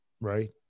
right